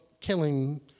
killing